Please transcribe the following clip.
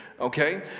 okay